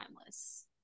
timeless